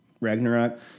Ragnarok